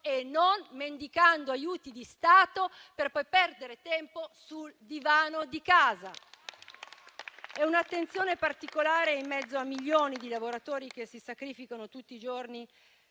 e non mendicando aiuti di Stato per poi perdere tempo sul divano di casa. Un'attenzione particolare in mezzo a milioni di lavoratori che si sacrificano tutti i giorni